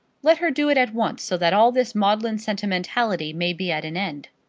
let her do it at once, so that all this maudlin sentimentality may be at an end.